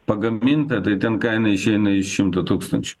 pagaminta tai ten kaina išeina iš šimto tūkstančių